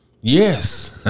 Yes